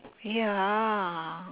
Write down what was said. ya